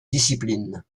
disciplines